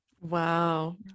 Wow